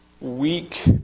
weak